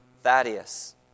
Thaddeus